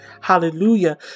Hallelujah